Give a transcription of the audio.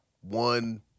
one